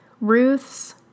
Ruth's